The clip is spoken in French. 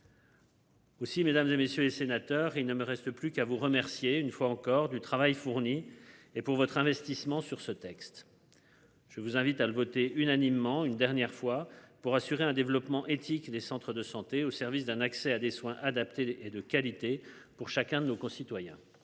Aussi mesdames et messieurs les sénateurs. Il ne me reste plus qu'à vous remercier une fois encore du travail fourni. Et pour votre investissement sur ce texte. Je vous invite à le voter unanimement une dernière fois pour assurer un développement éthique des centres de santé au service d'un accès à des soins adaptés et de qualité pour chacun de nos concitoyens.